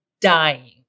dying